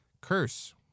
Curse